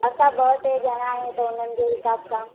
असां ॿ टे ॼणा आहियूं त उन्हनि जे हिसाबु सां